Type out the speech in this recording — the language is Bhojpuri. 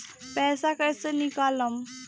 पैसा कैसे निकालम?